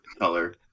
color